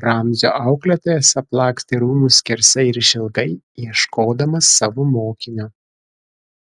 ramzio auklėtojas aplakstė rūmus skersai ir išilgai ieškodamas savo mokinio